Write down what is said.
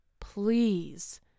Please